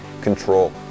control